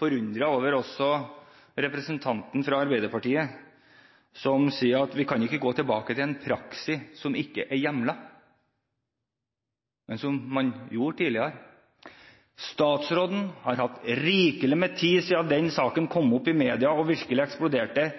forundret over også representanten fra Arbeiderpartiet, som sier at vi ikke kan gå tilbake til en praksis som ikke er hjemlet, men som man gjorde tidligere. Statsråden har hatt rikelig med tid siden denne saken kom opp i media og virkelig eksploderte